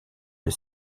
des